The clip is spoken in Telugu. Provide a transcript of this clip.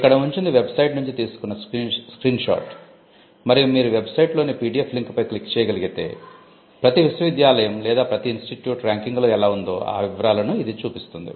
ఇక్కడ ఉంచింది వెబ్సైట్ నుండి తీసుకున్న స్క్రీన్ షాట్ మరియు మీరు వెబ్సైట్లోని పిడిఎఫ్ లింక్పై క్లిక్ చేయగలిగితే ప్రతి విశ్వవిద్యాలయం లేదా ప్రతి ఇన్స్టిట్యూట్ ర్యాంకింగ్లో ఎలా ఉందో ఆ వివరాలను ఇది చూపిస్తుంది